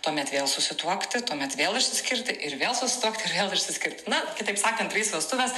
tuomet vėl susituokti tuomet vėl išsiskirti ir vėl susituokti ir vėl išskirti na kitaip sakant trys vestuvės